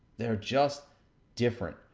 they're just different,